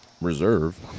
reserve